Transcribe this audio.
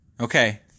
Okay